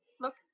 look